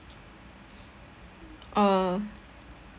uh